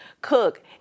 cook